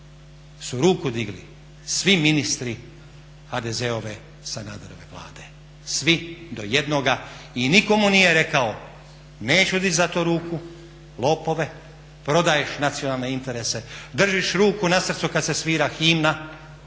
su ruku digli svi ministri HDZ-ove Sanaderove Vlade, svi do jednoga i nitko mu nije rekao neću dizati za to ruku, lopove, prodaješ nacionalne interese, držiš ruku na srcu kad se svira himna,